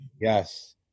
Yes